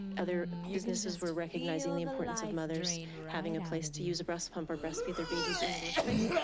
other businesses were recognizing the importance of mothers having a place to use a breast pump or breastfeed their babies in the workplace.